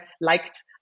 liked